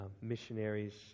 missionaries